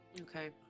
okay